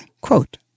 quote